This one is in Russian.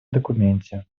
документе